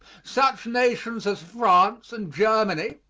such nations as france and germany,